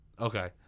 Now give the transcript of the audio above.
okay